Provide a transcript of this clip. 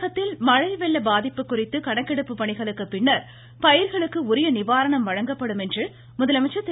தமிழகத்தில் மழை வெள்ள பாதிப்பு குறித்து கணக்கெடுப்பு பணிகளுக்கு பின்னர் பயிர்களுக்கு உரிய நிவாரணம் வழங்கப்படும் என்று முதலமைச்சர் திரு